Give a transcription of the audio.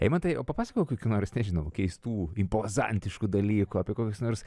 eimantai o papasakok kokių nors nežinau keistų impozantiškų dalykų apie kokius nors